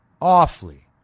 awfully